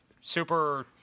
super